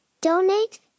Donate